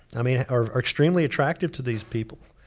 i mean are extremely attractive to these people.